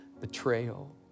Betrayal